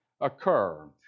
occur